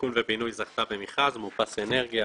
שיכון ובינוי זכתה במכרז מאופס אנרגיה.